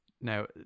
now